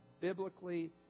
biblically